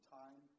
time